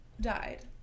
died